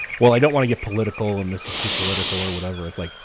well, i don't wanna get political and this is too political or whatever, it's like,